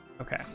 Okay